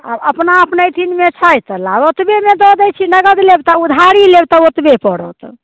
आब अपना अपनैतीमे छै तऽ लाउ ओतबेमे दऽ दै छी नगद लेब तऽ उधारी लेब तऽ ओतबे पड़त